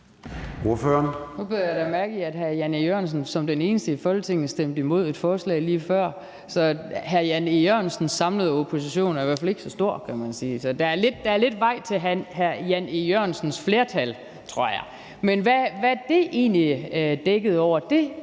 Nu bed jeg da mærke i, at hr. Jan E. Jørgensen som den eneste i Folketinget stemte imod et forslag lige før, så hr. Jan E. Jørgensens samlede opposition er i hvert fald ikke så stor, kan man sige. Så der er lidt vej til hr. Jan E. Jørgensens flertal, tror jeg. Men hvad det egentlig dækkede over,